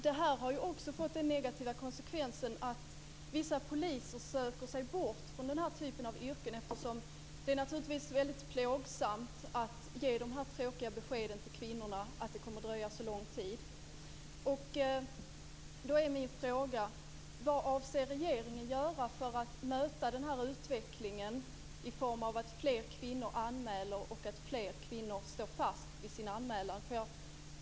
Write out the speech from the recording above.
Det här har fått den negativa konsekvensen att vissa poliser söker sig bort från den här typen av yrken. Det är naturligtvis väldigt plågsamt att ge de tråkiga beskeden till kvinnorna, att det kommer att dröja så lång tid. Min fråga är: Vad avser regeringen göra för att möta den här utvecklingen i form av att fler kvinnor anmäler och att fler kvinnor står fast vid sina anmälningar?